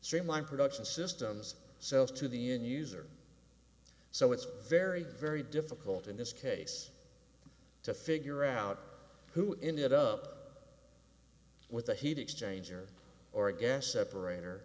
streamline production systems sells to the an user so it's very very difficult in this case to figure out who ended up with a heat exchanger or a gas separator or